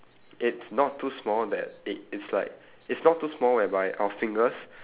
it's not too small that it is like it's not too small whereby our fingers